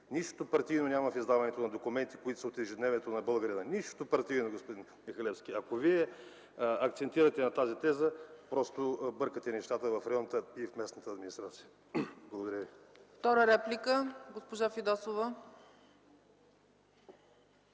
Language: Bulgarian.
Нищо партийно няма в издаването на документи, които са от ежедневието на българина. Нищо партийно, господин Михалевски! Ако Вие акцентирате на тази теза, просто бъркате нещата в районната и в местната администрация. Благодаря ви.